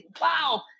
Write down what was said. wow